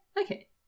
okay